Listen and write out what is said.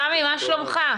סמי, מה שלומך?